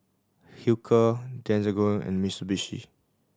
Hilker Desigual and Mitsubishi